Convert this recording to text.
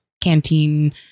canteen